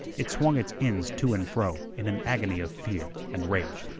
it swung its ends to and fro in an agony of fear and rage.